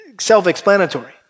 self-explanatory